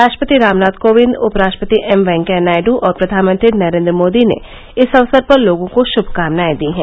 राष्ट्रपति रामनाथ कोविंद उपराष्ट्रपति एम वेंकैया नायडू और प्रधानमंत्री नरेन्द्र मोदी ने इस अवसर पर लोगों को शुभकामनाए दी हैं